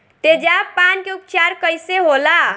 तेजाब पान के उपचार कईसे होला?